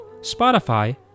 Spotify